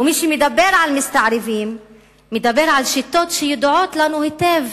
ומי שמדבר על מסתערבים מדבר על שיטות שידועות לנו היטב: